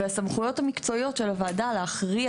והסמכויות המקצועיות של הוועדה להכריע